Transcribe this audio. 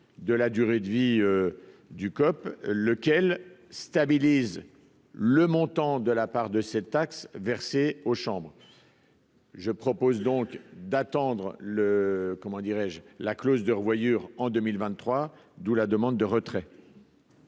de la durée de vie du Kopp lequel stabilise le montant de la part de cette taxe versée aux chambres. Je propose donc d'attendre le, comment dirais-je, la clause de revoyure en 2023, d'où la demande de retrait.